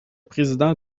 président